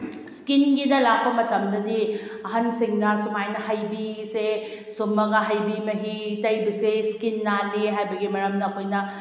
ꯏꯁꯀꯤꯟꯒꯤꯗ ꯂꯥꯛꯄ ꯃꯇꯝꯗꯗꯤ ꯑꯍꯟꯁꯤꯡꯅ ꯁꯨꯃꯥꯏꯅ ꯍꯩꯕꯤꯁꯦ ꯁꯨꯝꯃꯒ ꯍꯩꯕꯤ ꯃꯍꯤ ꯇꯩꯕꯁꯦ ꯏꯁꯀꯤꯟ ꯅꯥꯜꯂꯤ ꯍꯥꯏꯕꯒꯤ ꯃꯔꯝꯅ ꯑꯩꯈꯣꯏꯅ